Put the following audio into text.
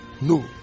no